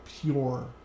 pure